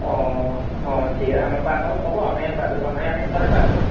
অঁ অঁ ঠিক আমি পাই পাব পাব আমাৰ ইয়াত পাই যাব আমাৰ ইয়াত সস্তাতে পাই যাব